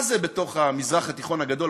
מה זה בתוך המזרח התיכון הגדול?